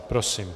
Prosím.